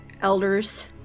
elders